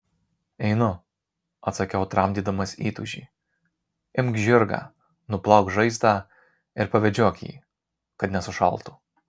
einu atsakiau tramdydamas įtūžį imk žirgą nuplauk žaizdą ir pavedžiok jį kad nesušaltų